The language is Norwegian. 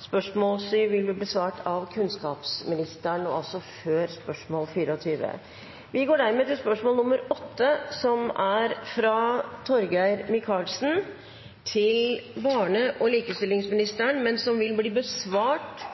Spørsmål 7 er flyttet til før spørsmål 24. Vi går dermed til spørsmål 8. Dette spørsmålet, fra representanten Torgeir Micaelsen til barne-, likestillings- og inkluderingsministeren, vil bli besvart